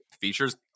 Features